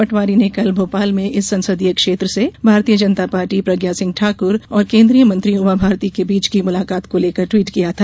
पटवारी ने कल भोपाल में इस संसदीय क्षेत्र से भारतीय जनता पार्टी प्रज्ञा सिंह ठाक्र और केन्द्रीय मंत्री उमा भारती के बीच की मुलाकात को लेकर टवीट किया था